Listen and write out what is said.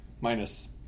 Minus